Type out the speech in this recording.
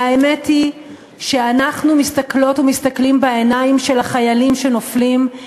והאמת היא שאנחנו מסתכלות ומסתכלים בעיניים של החיילים שנופלים,